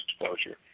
exposure